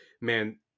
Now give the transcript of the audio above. man